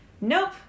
Nope